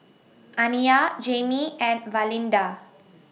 Aniyah Jamie and Valinda